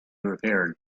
repaired